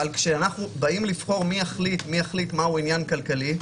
אבל כשבאים לבחור מי יחליט מהו עניין כלכלי,